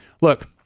Look